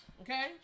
Okay